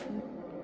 food